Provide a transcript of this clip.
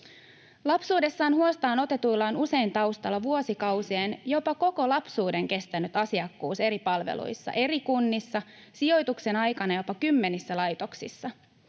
Lapsuudessaan huostaan otetuilla on usein taustalla vuosikausien, jopa koko lapsuuden, kestänyt asiakkuus eri palveluissa, eri kunnissa, sijoituksen aikana jopa kymmenissä laitoksissa.